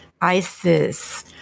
ISIS